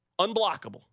Unblockable